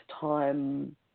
time